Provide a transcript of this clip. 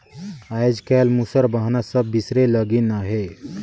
आएज काएल मूसर बहना सब बिसरे लगिन अहे